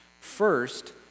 First